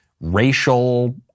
racial